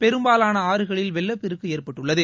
பெரும்பாலான ஆறுகளில் வெள்ளப்பெருக்கு ஏற்பட்டுள்ளது